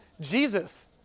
Jesus